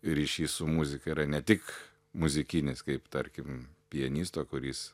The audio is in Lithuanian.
ryšys su muzika yra ne tik muzikinis kaip tarkim pianisto kur jis